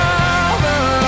over